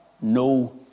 no